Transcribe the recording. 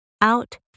out